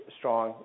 strong